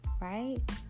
right